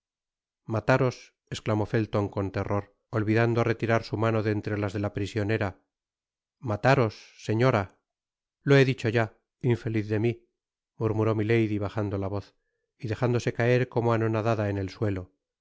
mataros esclamó felton con terror olvidando retirar su mano de entre las de la prisionera mataros señora i lo he dicho ya infeliz de mí murmuró milady bajando la voz y dejándose caer como anonadada en el suelo